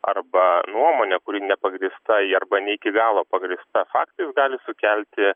arba nuomonė kuri nepagrįsta ji arba ne iki galo pagrįsta faktais gali sukelti